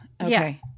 okay